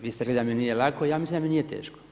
Vi ste rekli da mi nije lako, ja mislim da mi nije teško.